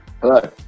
Hello